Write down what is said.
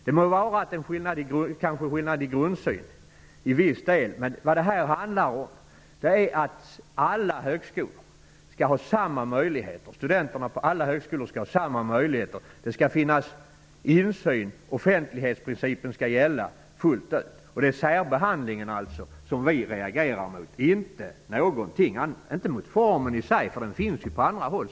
Det må vara att det till viss del kan vara en skillnad i grundsyn, men det här handlar om att studenterna på alla högskolor skall ha samma möjligheter, att det skall finnas insyn och att offentlighetsprincipen skall gälla fullt ut. Det är alltså särbehandlingen som vi reagerar mot, inte mot formen i sig -- den finns på andra håll.